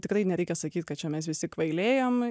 tikrai nereikia sakyt kad čia mes visi kvailėjam